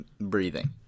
breathing